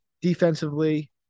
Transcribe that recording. defensively